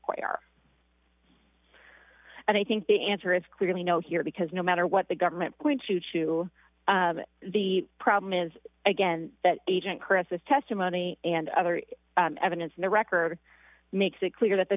require and i think the answer is clearly no here because no matter what the government point you to the problem is again that agent presses testimony and other evidence in the record makes it clear that the